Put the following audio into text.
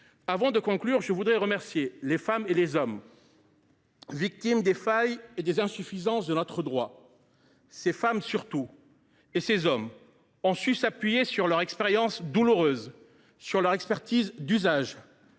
Avant de conclure, je voudrais remercier les femmes et les hommes victimes des failles et des insuffisances de notre droit. Ces femmes surtout et ces hommes ont su s’appuyer sur leur expérience douloureuse, sur leur expertise d’usage.